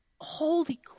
holy